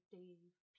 Dave